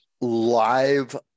live